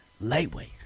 lightweight